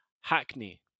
Hackney